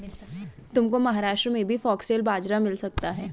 तुमको महाराष्ट्र में भी फॉक्सटेल बाजरा मिल सकता है